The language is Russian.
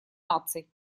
наций